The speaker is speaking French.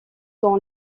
dans